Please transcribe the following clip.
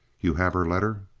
you have her letter?